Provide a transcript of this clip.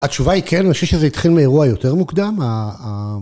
התשובה היא כן, אני חושב שזה התחיל מאירוע יותר מוקדם.